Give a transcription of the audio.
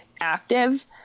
active